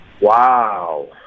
Wow